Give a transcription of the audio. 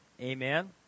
Amen